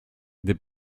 des